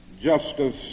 justice